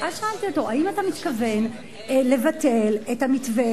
ואז שאלתי אותו: האם אתה מתכוון לבטל את המתווה